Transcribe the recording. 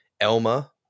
Elma